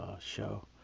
show